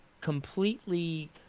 completely